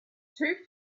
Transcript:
too